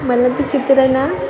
मला ते चित्र ना